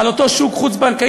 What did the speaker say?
על אותו שוק חוץ-בנקאי,